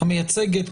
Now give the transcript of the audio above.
המייצגת,